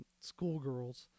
schoolgirls